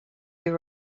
you